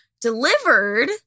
delivered